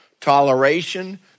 toleration